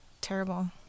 terrible